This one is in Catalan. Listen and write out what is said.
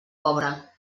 pobre